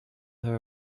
her